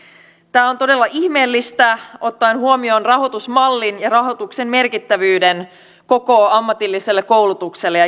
tämä on todella ihmeellistä ottaen huomioon rahoitusmallin ja rahoituksen merkittävyyden koko ammatilliselle koulutukselle ja